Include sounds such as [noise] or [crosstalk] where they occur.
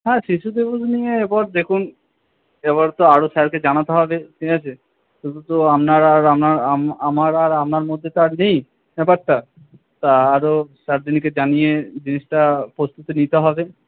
হ্যাঁ শিশুদের [unintelligible] নিয়ে এবার দেখুন এবার তো আরও স্যারকে জানাতে হবে ঠিক আছে শুধু তো আপনার আর আমার আমার আর আপানার মধ্যে তো আর নেই ব্যাপারটা তা আরও স্যারদেরকে জানিয়ে জিনিসটা প্রস্তুতি নিতে হবে